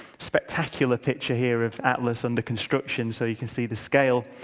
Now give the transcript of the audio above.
spectacular picture here of atlas under construction so you can see the scale.